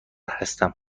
هستم